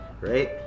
right